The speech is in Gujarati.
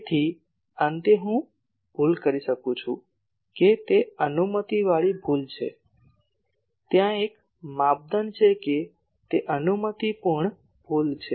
તેથી અંતે હું ભૂલ કરી શકું છું તે અનુમતિવાળી ભૂલ છે ત્યાં એક માપદંડ છે કે તે અનુમતિપૂર્ણ ભૂલ છે